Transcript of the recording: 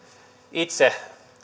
itse